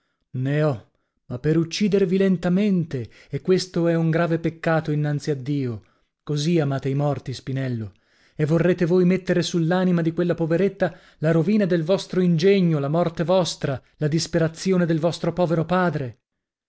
ho ma per uccidervi lentamente e questo è un grave peccato innanzi a dio così amate i morti spinello e vorrete voi mettere sull'anima di quella poveretta la rovina del vostro ingegno la morte vostra la disperazione del vostro povero padre